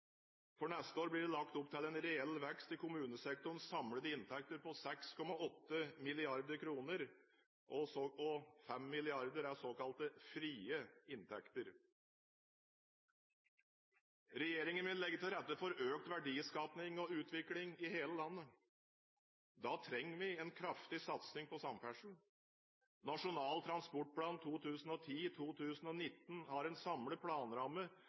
For neste år blir det lagt opp til en reell vekst i kommunesektorens samlede inntekter på 6,8 mrd. kr, og 5 mrd. kr er såkalte frie inntekter. Regjeringen vil legge til rette for økt verdiskaping og utvikling i hele landet. Da trenger vi en kraftig satsing på samferdsel. Nasjonal transportplan 2010–2019 har en samlet planramme